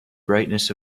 brightness